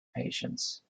patience